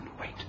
Wait